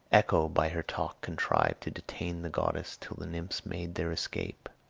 echo by her talk contrived to detain the goddess till the nymphs made their escape.